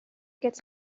gets